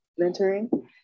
mentoring